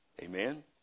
Amen